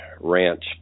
ranch